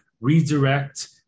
redirect